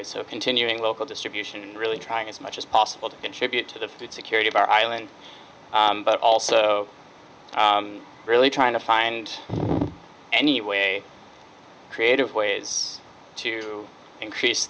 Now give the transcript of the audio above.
i so continuing local distribution and really trying as much as possible to contribute to the food security of our island but also really trying to find any way creative ways to increase